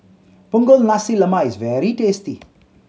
Punggol Nasi Lemak is very tasty